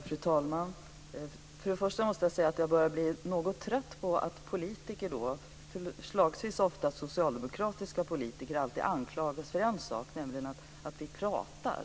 Fru talman! Först måste jag säga att jag börjar bli något trött på att politiker, oftast socialdemokratiska politiker, alltid anklagas för en sak, nämligen för att prata.